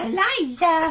Eliza